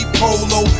polo